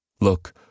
Look